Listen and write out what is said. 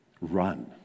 Run